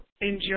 enjoy